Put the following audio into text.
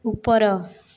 ଉପର